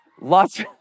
lots